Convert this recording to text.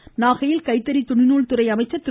மணியன் நாகையில் கைத்தறி துணிநூல்துறை அமைச்சர் திரு